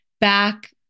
back